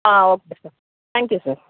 okay sir thank you sir